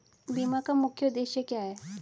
बीमा का मुख्य उद्देश्य क्या है?